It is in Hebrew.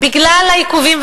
בגלל העיכובים,